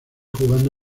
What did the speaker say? jugando